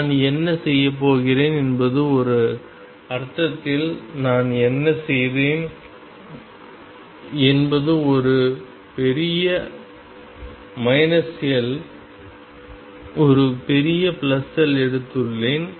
நான் என்ன செய்யப் போகிறேன் என்பது ஒரு அர்த்தத்தில் நான் என்ன செய்தேன் என்பது நான் ஒரு பெரிய L ஒரு பெரிய L எடுத்துள்ளேன்